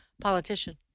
politician